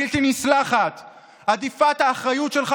בלתי נסלחת הדיפת האחריות שלך,